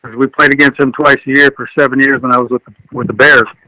we played against him twice a year for seven years. when i was with, with the bears,